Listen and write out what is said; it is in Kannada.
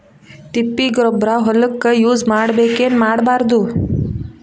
ತಿಪ್ಪಿಗೊಬ್ಬರ ಹೊಲಕ ಯೂಸ್ ಮಾಡಬೇಕೆನ್ ಮಾಡಬಾರದು?